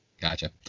Gotcha